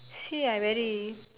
see I very